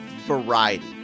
variety